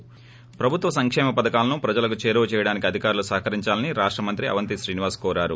ి ప్రభుత్వ సంకేమ పధకాలను ప్రజలకు చేరువ చేయడానికి అధికారులు సహకరించాలని రాష్ట మంత్రి అవంతి శ్రినివాస్ కోరారు